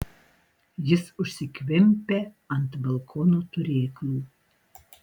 jis užsikvempia ant balkono turėklų